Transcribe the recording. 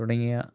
തുടങ്ങിയ